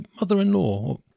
mother-in-law